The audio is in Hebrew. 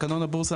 תקנון הבורסה,